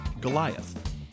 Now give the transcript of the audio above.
Goliath